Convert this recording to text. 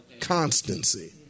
constancy